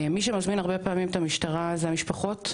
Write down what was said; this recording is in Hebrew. מי שמזמין הרבה פעמים את משטרה הן המשפחות,